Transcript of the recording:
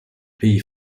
pays